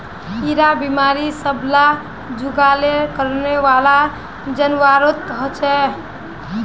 इरा बिमारी सब ला जुगाली करनेवाला जान्वारोत होचे